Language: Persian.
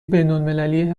بینالمللی